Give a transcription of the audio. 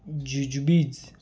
jujubes